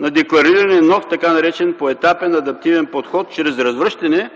на декларирания нов, така наречен поетапен адаптивен подход чрез развръщане